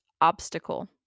obstacle